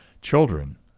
Children